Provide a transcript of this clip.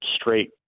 straight